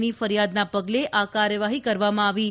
ની ફરિયાદના પગલે આ કાર્યવાહી કરવામાં આવી છે